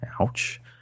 Ouch